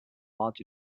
large